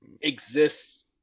exists